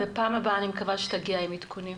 בפעם הבאה אני מקווה שתגיע עם עדכונים.